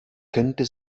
könnte